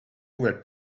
were